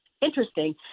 interesting